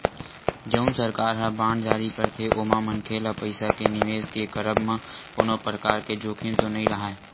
जउन सरकार ह बांड जारी करथे ओमा मनखे ल पइसा के निवेस के करब म कोनो परकार के जोखिम तो नइ राहय